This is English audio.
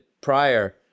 prior